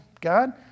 God